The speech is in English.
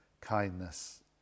kindness